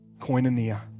koinonia